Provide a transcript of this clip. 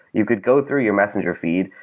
you could go through your messenger feed,